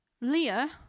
Leah